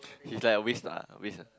he's like waste lah waste lah